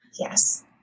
Yes